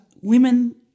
women